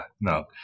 no